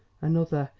another,